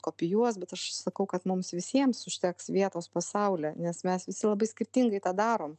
kopijuos bet aš sakau kad mums visiems užteks vietos pasaulyje nes mes visi labai skirtingai tą darom